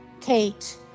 Kate